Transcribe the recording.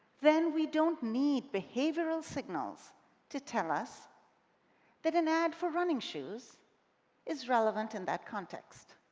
then we don't need behavioral signals to tell us that an ad for running shoes is relevant in that context.